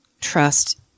trust